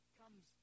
comes